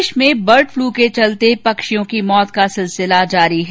प्रदेश में bird flu के चलते पक्षियों की मौत का सिलसिला जारी है